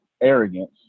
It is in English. arrogance